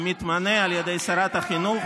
המתמנה על ידי שרת החינוך,